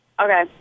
Okay